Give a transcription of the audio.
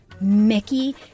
Mickey